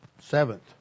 Seventh